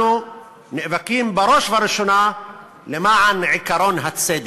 אנחנו נאבקים בראש ובראשונה למען עקרון הצדק,